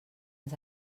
ens